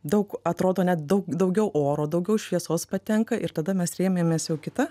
daug atrodo net daug daugiau oro daugiau šviesos patenka ir tada mes rėmėmės jau kita